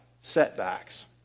setbacks